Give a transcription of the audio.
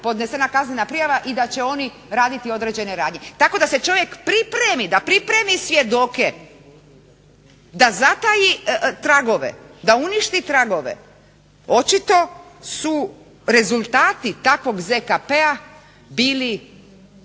podnesena kaznena prijava i da će oni raditi određene radnje. tako da se čovjek pripremi, da pripremi svjedoke da zataji tragovi, da uništi tragovi. Očito su rezultati takvog ZKP-a bili